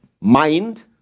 mind